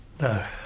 No